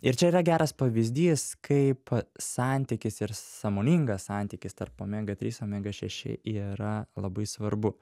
ir čia yra geras pavyzdys kaip santykis ir sąmoningas santykis tarp omega trys omega šeši yra labai svarbu